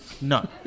No